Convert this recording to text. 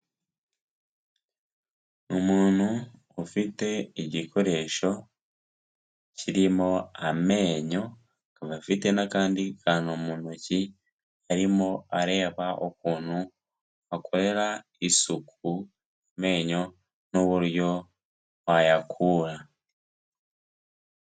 Umuntu ufite igikoresho kirimo amenyo, akaba afite n'akandi kantu mu ntoki, arimo areba ukuntu bakorera isuku amenyo n'uburyo bayakura.